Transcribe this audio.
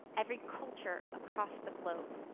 every culture across the globe.